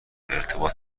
ارتباط